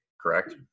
correct